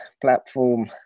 platform